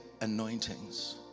anointings